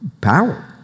power